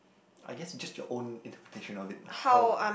I guess just your own interpretation of it how